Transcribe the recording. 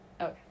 okay